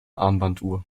armbanduhr